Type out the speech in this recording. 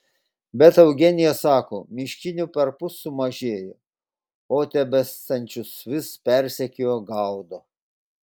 bet eugenija sako miškinių perpus sumažėjo o tebesančius vis persekioja gaudo